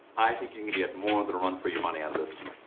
i think you need to get more than run for your money out of this one